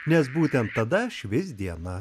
nes būtent tada švis diena